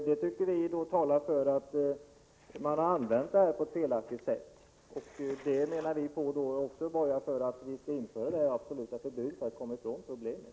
Vi anser att det talar för att denna möjlighet har använts på ett felaktigt sätt och att vi skall införa ett absolut förbud för att komma ifrån problemet.